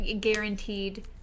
guaranteed